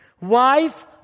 Wife